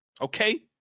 Okay